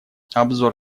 обзор